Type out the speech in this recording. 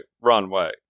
Runway